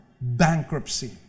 bankruptcy